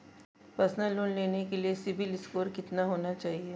Personal loan लेने के लिए सिबिल स्कोर कितना होना चाहिए?